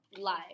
Live